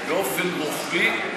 באופן רוחבי,